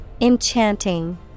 Enchanting